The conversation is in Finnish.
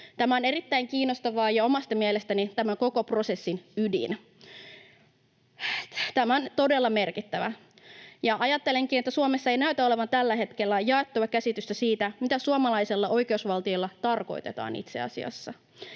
Tämä on erittäin kiinnostavaa ja omasta mielestäni tämän koko prosessin ydin. Tämä on todella merkittävää, ja ajattelenkin, että Suomessa ei näytä olevan tällä hetkellä jaettua käsitystä siitä, mitä suomalaisella oikeusvaltiolla itse asiassa